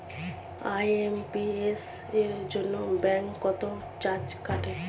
IMPS এর জন্য bank কত চার্জ কাটে?